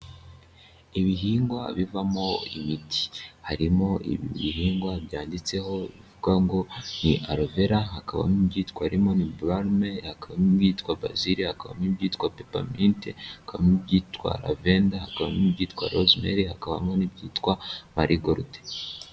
Ibihingwa bivamo imiti, harimo ibihingwa byanditseho bivuga ngo ni Aloe Vera, hakabamo ibyitwa ni Lemon Balm, hakabamo ibyitwa Basil, hakabamo ibyitwa Peppermint, hakabamo ibyitwa Lavender, hakabamo ibyitwa Rosemary, hakabamo n'ibyitwa Marigold.